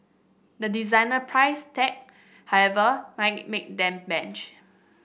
the designer price tag however might make them blanch